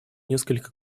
несколько